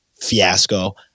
fiasco